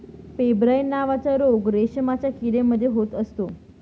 pebrine नावाचा रोग रेशमाच्या किडे मध्ये होत असतो